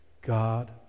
God